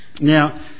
Now